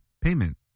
Payment